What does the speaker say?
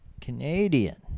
Canadian